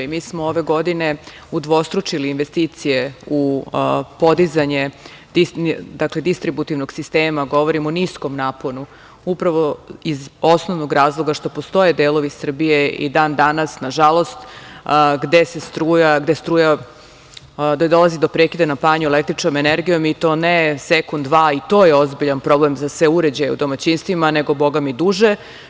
Mi smo ove godine, udvostručili investicije u podizanje distributivnog sistema, govorim o niskom naponu, upravo iz osnovnog razloga, pošto postoje delovi Srbije i dan danas, nažalost, gde dolazi do prekida napajanja električnom energijom i to ne sekund dva, i to je ozbiljan problem, za sve uređaje u domaćinstvima, nego bogami duže.